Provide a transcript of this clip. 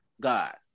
God